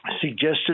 suggested